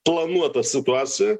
planuota situacija